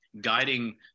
guiding